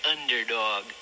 Underdog